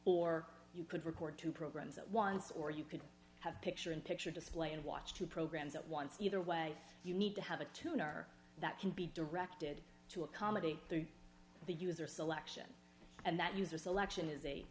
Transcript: or you could record two programs at once or you could have picture in picture display and watch two programs at once either way you need to have a tuner that can be directed to a comedy through the user selection and that user selection